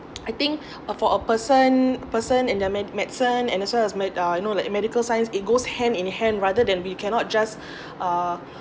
I think uh for a person person in the med~ medicine and also as might uh you know like medical science it goes hand in hand rather than we cannot just uh